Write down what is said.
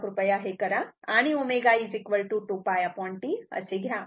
तेव्हा कृपया हे करा आणि ω 2π T असे घ्या